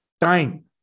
time